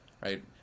Right